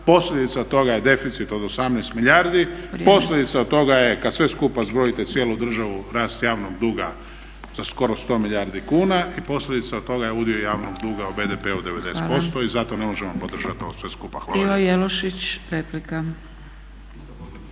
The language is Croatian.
Posljedica toga je deficit od 18 milijardi, posljedica toga je kad sve skupa zbrojite cijelu državu rast javnog duga za skoro 100 milijardi kuna i posljedica toga je udio javnog duga u BDP-u 90% i zato ne možemo podržati ovo sve skupa. Hvala